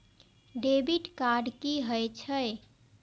Debit card की होय छेय?